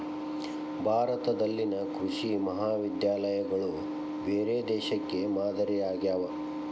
ಭಾರತದಲ್ಲಿನ ಕೃಷಿ ಮಹಾವಿದ್ಯಾಲಯಗಳು ಬೇರೆ ದೇಶಕ್ಕೆ ಮಾದರಿ ಆಗ್ಯಾವ